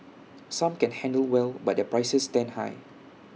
some can handle well but their prices stand high